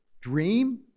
dream